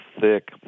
thick